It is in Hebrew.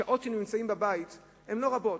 השעות שהם נמצאים בבית הן לא רבות,